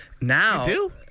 now